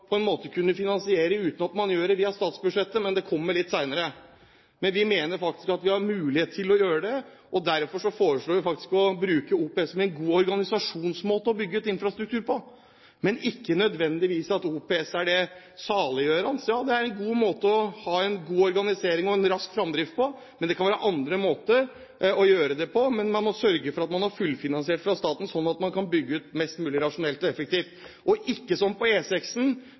på en måte å kunne finansiere uten at man gjør det via statsbudsjettet, men det kommer litt senere. Vi mener at vi har mulighet til å gjøre det, og derfor foreslår vi å bruke OPS som en god organisasjonsmåte å bygge ut infrastruktur på. Men vi mener ikke nødvendigvis at OPS er det saliggjørende. Det er en måte å ha en god organisering og en rask framdrift på, men det kan være andre måter å gjøre det på. Man må sørge for at man har fullfinansiert av staten, sånn at man kan bygge ut mest mulig rasjonelt og effektivt, og ikke som på